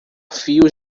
fio